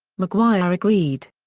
mcguire agreed.